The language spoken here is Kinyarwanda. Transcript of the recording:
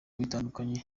bitandukanye